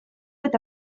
eta